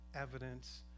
evidence